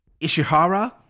Ishihara